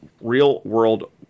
Real-world